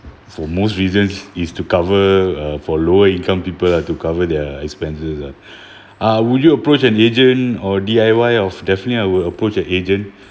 for most reasons is to cover uh for lower income people to cover their expenses ah ah would you approach an agent or D_I_Y of definitely I would approach an agent